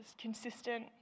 consistent